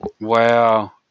Wow